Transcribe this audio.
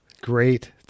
Great